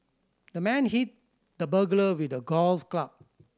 the man hit the burglar with a golf club